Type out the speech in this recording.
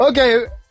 Okay